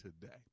today